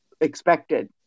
expected